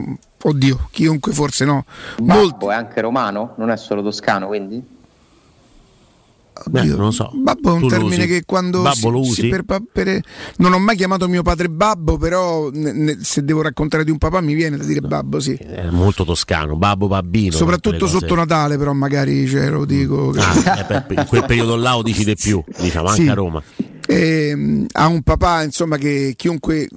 Oddio, chiunque forse no. Il babbo Molt- è anche romano? Non è solo toscano, quindi? Beh, Oddio, non lo so. babbo è un Tu lo termine usi? che quando Babbo si- lo si usi? per- per- per- non ho mai chiamato mio padre babbo, però ne- ne- se devo raccontare di un papà mi viene da dire babbo, sì. È molto toscano, babbo, babbino, tutte le Soprattutto cose. sotto Natale, però, magari, cioè, lo Mm. dico che- Ah, eh, per- in quel periodo là lo dici di più, Sì. diciamo, anche a Sì. Roma. Ehm, ha un papà, insomma, che chiunque-